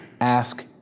ask